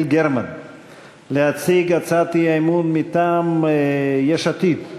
גרמן להציג הצעת האי-אמון מטעם יש עתיד: